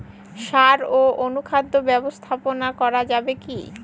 সাড় ও অনুখাদ্য ব্যবস্থাপনা করা যাবে কি?